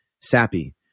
sappy